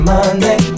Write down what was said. Monday